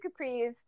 capris